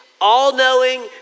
all-knowing